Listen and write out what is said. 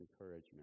encouragement